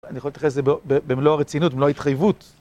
אני יכול להתייחס לזה במלוא הרצינות, במלוא ההתחייבות.